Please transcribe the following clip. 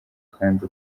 kandi